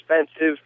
expensive